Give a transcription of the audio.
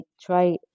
try